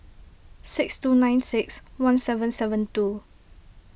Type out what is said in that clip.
six two nine six one seven seven two